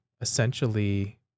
essentially